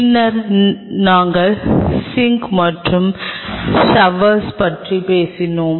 பின்னர் நாங்கள் சிங்க் மற்றும் ஷோவர் பற்றி பேசினோம்